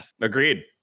Agreed